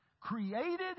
created